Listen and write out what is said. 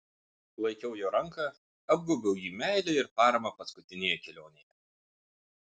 laikiau jo ranką apgaubiau jį meile ir parama paskutinėje kelionėje